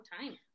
time